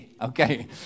Okay